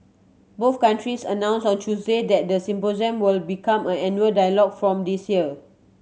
both countries announced on Tuesday that the symposium will become an annual dialogue from this year